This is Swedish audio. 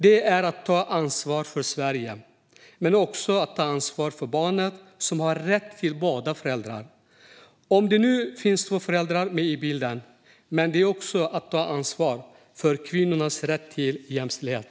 Detta är att ta ansvar för Sverige men också för barnen, som har rätt till båda föräldrarna, om det nu finns två föräldrar med i bilden, men det är också att ta ansvar för kvinnornas rätt till jämställdhet.